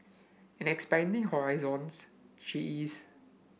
and expanding horizons she is